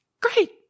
Great